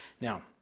Now